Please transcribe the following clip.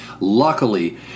Luckily